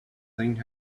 thing